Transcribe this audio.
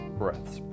breaths